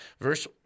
Verse